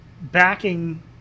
backing